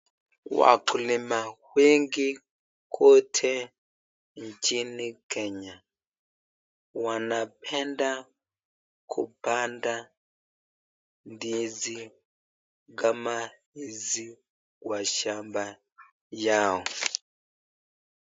Wakulima wengi kote nchini Kenya, wanapenda kupanda ndizi kama hizi kwa shamba yao.